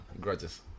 grudges